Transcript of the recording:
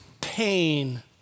pain